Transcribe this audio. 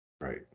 Right